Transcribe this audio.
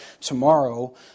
tomorrow